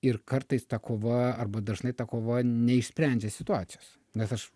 ir kartais ta kova arba dažnai ta kova neišsprendžia situacijos nes aš